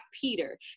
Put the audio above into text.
Peter